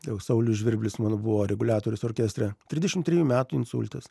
jau saulius žvirblis man buvo reguliatorius orkestre trisdešimt trejų metų insultas